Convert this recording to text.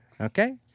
okay